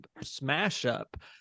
smash-up